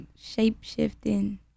shape-shifting